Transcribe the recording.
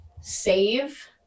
save